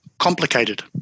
complicated